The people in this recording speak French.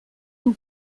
nous